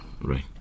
Right